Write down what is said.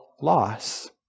loss